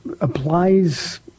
applies